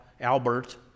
Albert